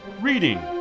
Reading